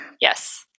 Yes